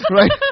right